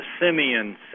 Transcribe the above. Simeon